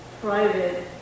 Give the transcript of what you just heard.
private